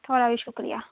थुआढ़ा बी शुक्रिया